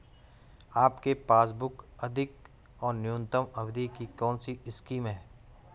आपके पासबुक अधिक और न्यूनतम अवधि की कौनसी स्कीम है?